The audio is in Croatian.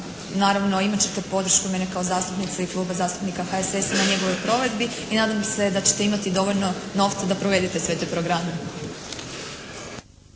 Naravno, imat ćete podršku mene kao zastupnice i Kluba zastupnika HSS-a na njegovoj provedbi i nadam se da ćete imati dovoljno novca da provedete sve te programe.